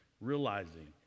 realizing